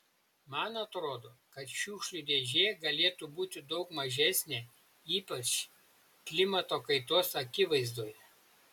man atrodo kad šiukšlių dėžė galėtų būti daug mažesnė ypač klimato kaitos akivaizdoje